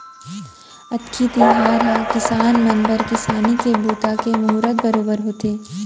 अक्ती तिहार ह किसान मन बर किसानी के बूता के मुहरत बरोबर होथे